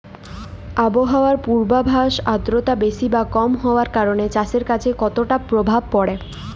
আবহাওয়ার পূর্বাভাসে আর্দ্রতা বেশি বা কম হওয়ার কারণে চাষের কাজে কতটা প্রভাব পড়ে?